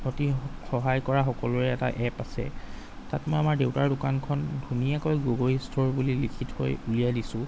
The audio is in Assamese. অতি সহায় কৰা সকলোৰে এটা এপ আছে তাত মই আমাৰ দেউতাৰ দোকানখন ধুনীয়াকৈ গগৈ ষ্ট'ৰ বুলি লিখি থৈ উলিয়াই দিছোঁ